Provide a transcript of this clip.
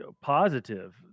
positive